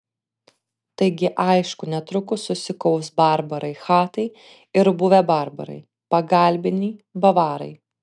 taigi aišku netrukus susikaus barbarai chatai ir buvę barbarai pagalbiniai bavarai